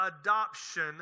adoption